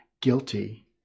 guilty